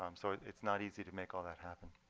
um so it's not easy to make all that happen.